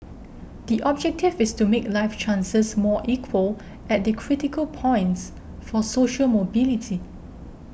the objective is to make life chances more equal at the critical points for social mobility